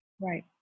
right